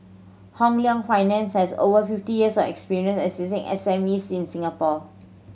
Hong Leong Finance has over fifty years of experience assisting S M Es in Singapore